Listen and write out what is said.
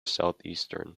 southeastern